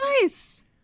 Nice